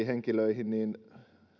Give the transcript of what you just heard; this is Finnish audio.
henkilöihin niin